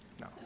No